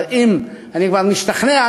אבל אם אני כבר משתכנע,